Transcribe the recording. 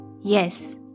Yes